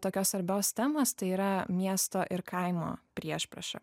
tokios sarbios temos tai yra miesto ir kaimo priešprieša